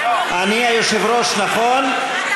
אתה היושב-ראש פה.